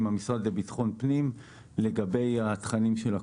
המשרד לביטחון פנים לגבי התכנים של הקורס.